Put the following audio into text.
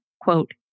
quote